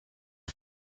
for